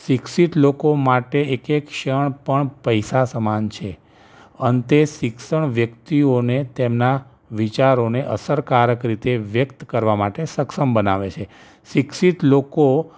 શિક્ષિત લોકો માટે એક એક ક્ષણ પણ પૈસા સમાન છે અંતે શિક્ષણ વ્યક્તિઓને તેમના વિચારોને અસરકારક રીતે વ્યક્ત કરવા માટે સક્ષમ બનાવે છે શિક્ષિત લોકો